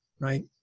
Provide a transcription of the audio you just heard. right